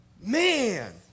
Man